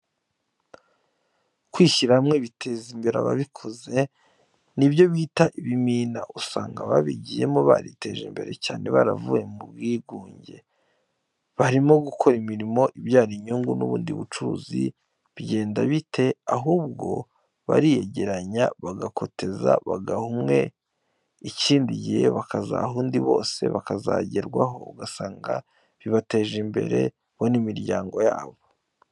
Kwishyira hamwe biteza imbere ababikoze ni byo bita ibimina, usanga ababigiyemo bariteje imbere cyane baravuye mu bwigunge, barimo gukora imirimo ibyara inyungu n'ubundi bucuruzi bigenda gute? Ahubwo bariyegeranya bagakoteza bagaha umwe ikindi gihe bakazaha undi bose bakazagerwaho ugasanga bibateje imbere bo n'imiryango yabo.